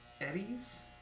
Eddie's